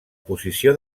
posició